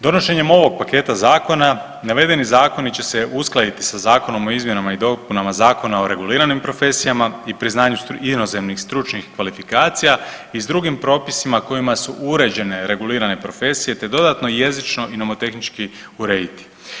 Donošenjem ovog paketa zakona navedeni zakoni će se uskladiti sa Zakonom o izmjenama i dopunama Zakona o reguliranim profesijama i priznanju inozemnih stručnih kvalifikacija i s drugim propisima kojima su uređene regulirane profesije te dodatno jezično i nomotehnički urediti.